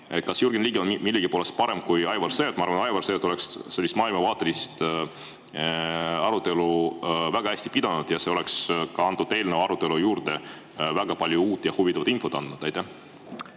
Kas Jürgen Ligi on millegi poolest parem kui Aivar Sõerd? Ma arvan, et Aivar Sõerd oleks maailmavaatelist arutelu väga hästi pidanud ja see oleks andnud eelnõu arutelule juurde väga palju uut ja huvitavat infot. Jah,